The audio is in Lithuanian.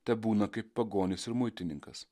tebūna kaip pagonis ir muitininkas